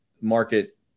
market